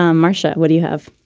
um marcia, what do you have?